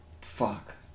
Fuck